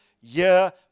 year